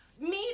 Meet